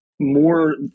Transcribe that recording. more